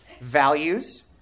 Values